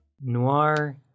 Noir